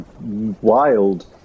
wild